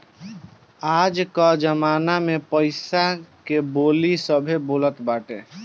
आज कअ जमाना में पईसा के बोली सभे बोलत बाटे